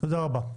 תודה רבה.